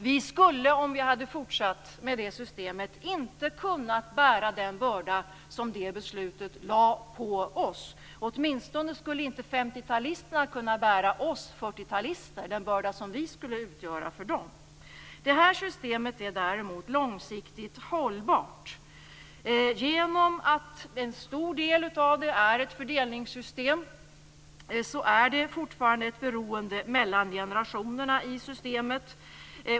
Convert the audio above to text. Vi skulle, om vi hade fortsatt med det systemet, inte ha kunnat bära den börda som det beslutet lade på oss. Åtminstone skulle inte 50-talisterna ha kunnat bära den börda som vi 40 talister skulle ha utgjort för dem. Det här systemet är däremot långsiktigt hållbart. Genom att en stor del av det är ett fördelningssystem är det fortfarande ett beroende mellan generationerna i systemet.